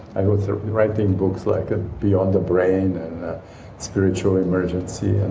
i was writing books like beyond the brain and spiritual emergency, and